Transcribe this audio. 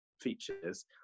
features